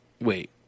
Wait